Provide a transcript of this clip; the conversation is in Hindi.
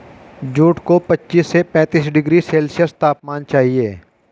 जूट को पच्चीस से पैंतीस डिग्री सेल्सियस तापमान चाहिए